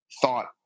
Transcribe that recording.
thought